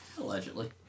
Allegedly